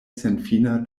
senfina